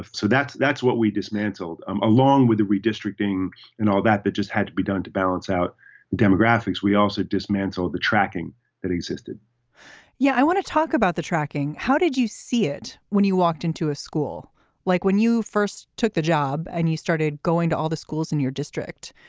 ah so that's that's what we dismantled um along with the redistricting and all that that just had to be done to balance out demographics. we also dismantled the tracking that existed yeah. i want to talk about the tracking. how did you see it when you walked into a school like when you first took the job and you started going to all the schools in your district.